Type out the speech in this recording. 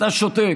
אתה שותק.